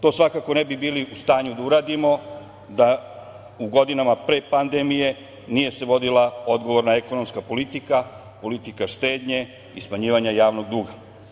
To svakako ne bi bili u stanju da uradimo da u godinama pre pandemije nije se vodila odgovorna ekonomska politika, politika štednje i smanjivanje javnog duga.